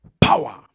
Power